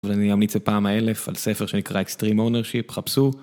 ואני אמליץ בפעם האלף, על ספר שנקרא Extreme Ownership, חפשו.